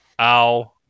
Ow